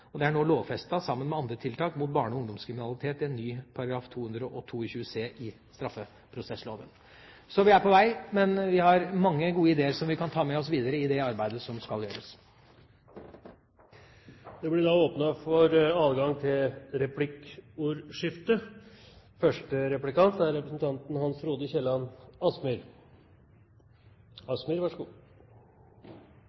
steder. Det er nå lovfestet sammen med andre tiltak mot barne- og ungdomskriminalitet i en ny § 222 c i straffeprosessloven. Så vi er på vei, men vi har mange gode ideer som vi kan ta med oss videre i det arbeidet som skal gjøres. Det blir replikkordskifte. Forebygging er